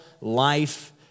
life